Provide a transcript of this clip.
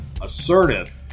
assertive